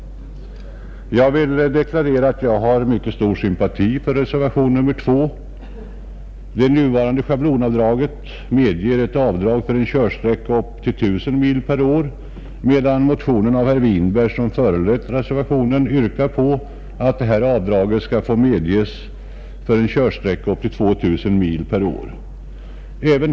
Jag vill deklarera att jag hyser mycket stor sympati för reservation nr 2. Det nuvarande schablonavdraget medger avdrag för en körsträcka upp till 1.000 mil per år, medan motionen av herr Winberg, som föranlett reservationen, yrkar på att detta avdrag skall medges för en körsträcka upp till 2 000 mil per år.